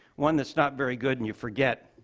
one that's not very good and you forget.